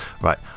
Right